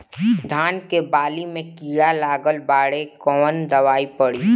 धान के बाली में कीड़ा लगल बाड़े कवन दवाई पड़ी?